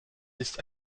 ist